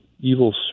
evil